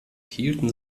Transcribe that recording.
hielten